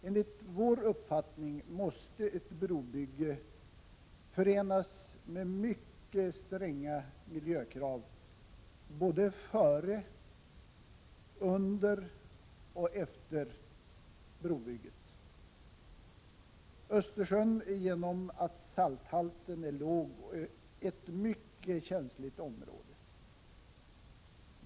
Enligt vår uppfattning måste ett brobygge förenas med mycket stränga miljökrav både före, under och efter brobygget. Östersjön är, på grund av att salthalten är låg, ett mycket känsligt område.